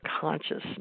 consciousness